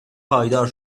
پایدار